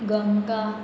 Ganga